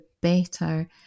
better